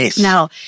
Now